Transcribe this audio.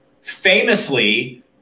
famously